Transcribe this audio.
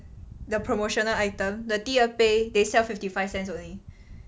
the promotional item the 第二杯 they sell fifty five cents only